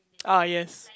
ah yes